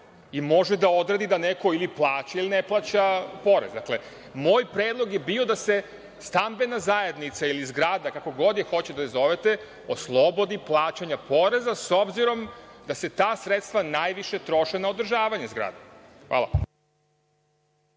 i može da odredi da neko ili plaća ili ne plaća porez. Dakle, moj predlog je bio da se stambena zajednica ili zgrada, kako god hoćete da je zovete, oslobodi plaćanja poreza, s obzirom da se ta sredstva najviše troše na održavanje zgrade. Hvala.